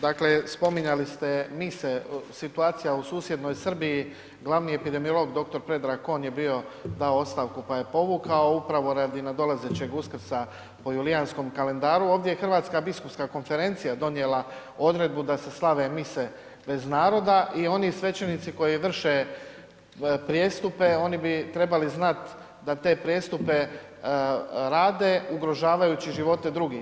Dakle, spominjali ste mise situacija u susjednoj Srbiji glavni epidemiolog dr. Predrag on je bio dao ostavku pa je povukao upravo radi nadolazećeg Uskrsa po julijanskom kalendaru, ovdje je Hrvatska biskupska konferencija donijela odredbu da se slave mise bez naroda i oni svećenici koji vrše prijestupe oni bi trebali znat da te prijestupe rade ugrožavajući živote drugih.